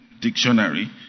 dictionary